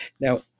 Now